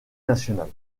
nationale